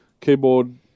Keyboard